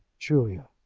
julia!